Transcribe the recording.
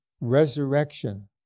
resurrection